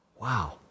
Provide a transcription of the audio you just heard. Wow